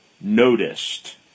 noticed